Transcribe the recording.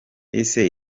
ese